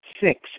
Six